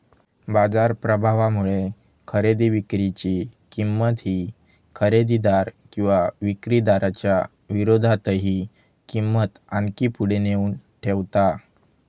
बाजार प्रभावामुळे खरेदी विक्री ची किंमत ही खरेदीदार किंवा विक्रीदाराच्या विरोधातही किंमत आणखी पुढे नेऊन ठेवता